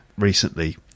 recently